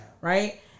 right